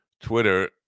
Twitter